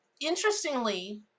Interestingly